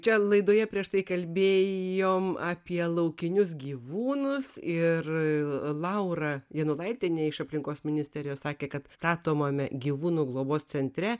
čia laidoje prieš tai kalbėjom apie laukinius gyvūnus ir laura janulaitienė iš aplinkos ministerijos sakė kad statomame gyvūnų globos centre